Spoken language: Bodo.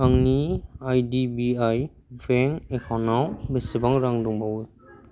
आंनि आइडिबिआइ बेंक एकाउन्टाव बेसेबां रां दंबावो